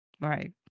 Right